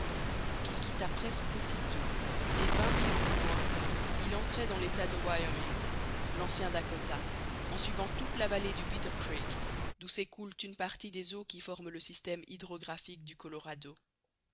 qu'il quitta presque aussitôt et vingt milles plus loin il entrait dans l'état de wyoming l'ancien dakota en suivant toute la vallée du bitter creek d'où s'écoulent une partie des eaux qui forment le système hydrographique du colorado